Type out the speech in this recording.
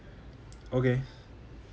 okay